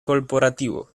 corporativo